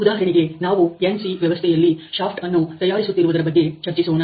ಉದಾಹರಣೆಗೆ ನಾವು NC ವ್ಯವಸ್ಥೆಯಲ್ಲಿ ಶಾಫ್ಟ್ ಅನ್ನು ತಯಾರಿಸುತ್ತಿರುವುದರ ಬಗ್ಗೆ ಚರ್ಚಿಸೋಣ